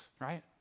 Right